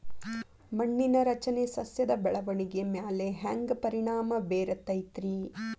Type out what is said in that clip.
ಮಣ್ಣಿನ ರಚನೆ ಸಸ್ಯದ ಬೆಳವಣಿಗೆ ಮ್ಯಾಲೆ ಹ್ಯಾಂಗ್ ಪರಿಣಾಮ ಬೇರತೈತ್ರಿ?